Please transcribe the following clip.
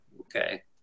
okay